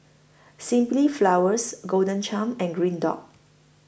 Simply Flowers Golden Churn and Green Dot